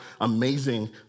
amazing